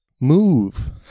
Move